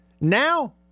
Now –